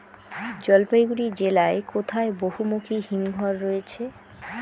জলপাইগুড়ি জেলায় কোথায় বহুমুখী হিমঘর রয়েছে?